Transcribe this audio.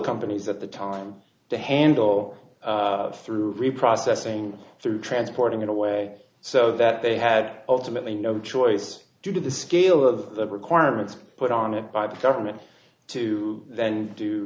companies at the time to handle through reprocessing through transporting it away so that they had ultimately no choice due to the scale of the requirements put on it by the government to then do